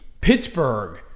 Pittsburgh